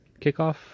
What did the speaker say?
kickoff